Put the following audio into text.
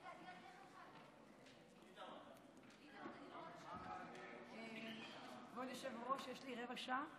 כבוד היושב-ראש, יש לי רבע שעה?